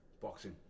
boxing